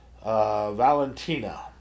Valentina